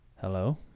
Hello